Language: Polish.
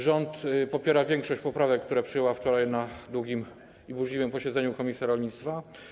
Rząd popiera większość poprawek, które przyjęła wczoraj na długim i burzliwym posiedzeniu komisja rolnictwa.